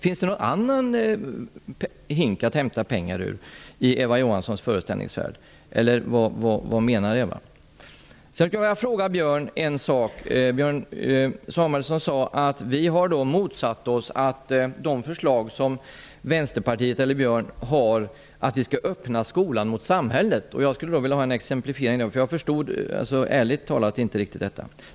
Finns det i Eva Johanssons föreställningsvärld någon annan hink att hämta pengar ur, eller vad menas? Björn Samuelson sade att vi har motsatt oss hans eller Vänsterpartiets förslag om att skolan skall öppnas mot samhället. Jag skulle vilja att det exemplifieras. Ärligt talat förstår jag inte riktigt detta.